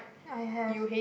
ya I have